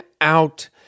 out